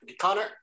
Connor